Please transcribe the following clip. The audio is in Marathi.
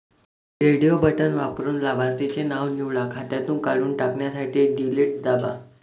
रेडिओ बटण वापरून लाभार्थीचे नाव निवडा, खात्यातून काढून टाकण्यासाठी डिलीट दाबा